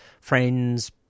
friends